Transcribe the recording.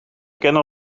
kennen